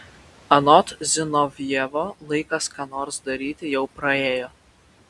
anot zinovjevo laikas ką nors daryti jau praėjo